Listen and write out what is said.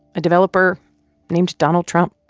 a developer named donald trump